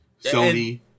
Sony